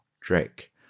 Drake